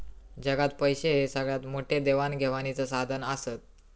जगात पैशे हे सगळ्यात मोठे देवाण घेवाणीचा साधन आसत